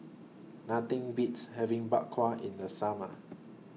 Nothing Beats having Bak Kwa in The Summer